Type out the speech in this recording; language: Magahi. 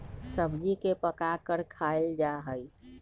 सब्जी के पकाकर खायल जा हई